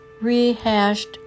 rehashed